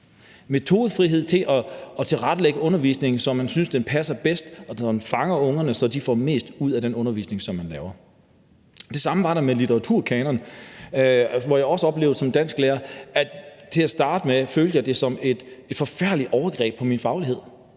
metodefrihed til at tilrettelægge undervisningen, som man synes at den passer bedst, og så den fanger ungerne, så de får mest ud af den undervisning, man laver. Det samme var der med litteraturkanonen, hvor jeg også oplevede som dansklærer, at jeg til at starte med følte det som et forfærdeligt overgreb på min faglighed.